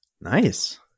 Nice